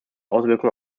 auswirkungen